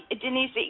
Denise